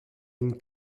une